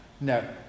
No